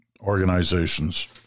organizations